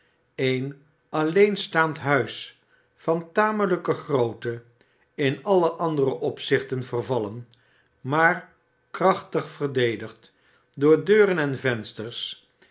een alleen staand huis van tamelijke grootte in alle andere opzichten vervallen maar krachtig verdedigd door deuren en vensters